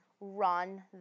Run